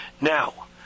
Now